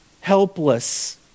helpless